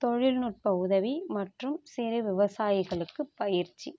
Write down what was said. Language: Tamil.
தொழில்நுட்ப உதவி மற்றும் சிறு விவசாயிகளுக்கு பயிற்சி